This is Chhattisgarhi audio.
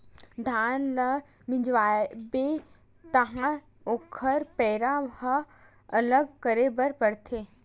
धान ल मिंजवाबे तहाँ ओखर पैरा ल अलग करे बर परथे